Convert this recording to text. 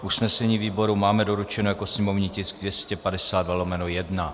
Usnesení výboru máme doručeno jako sněmovní tisk 252/1.